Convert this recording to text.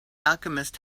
alchemist